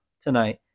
tonight